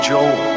Joel